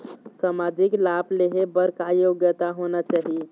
सामाजिक लाभ लेहे बर का योग्यता होना चाही?